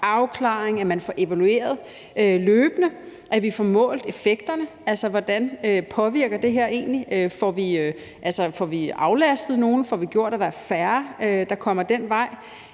afklaring, at man får evalueret løbende, og at vi får målt effekterne, altså hvordan påvirker det her dem egentlig, får vi aflastet nogen, og gør det, at der er færre, der kommer den vej?